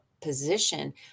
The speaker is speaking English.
position